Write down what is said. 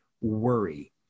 worry